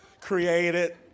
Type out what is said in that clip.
created